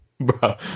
Bro